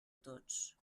tots